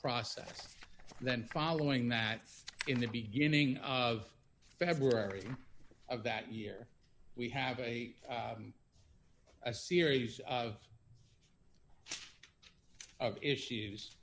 process then following that in the beginning of february of that year we have a series of issues